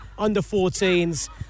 Under-14s